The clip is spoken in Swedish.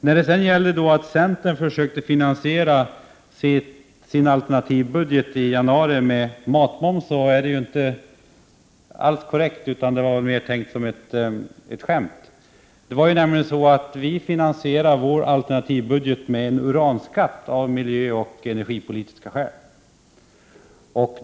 När det sedan gäller detta att centern försökte finansiera sin alternativbudget i januari med matmoms vill jag säga att det inte alls är korrekt utan mer var tänkt som ett skämt. Vi finansierar vår alternativbudget med en uranskatt av miljöoch energipolitiska skäl.